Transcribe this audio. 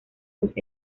los